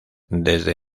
desde